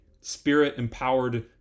Spirit-empowered